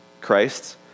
Christ